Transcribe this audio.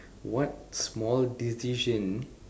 what small decision